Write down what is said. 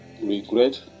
regret